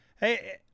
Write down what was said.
hey